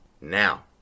Now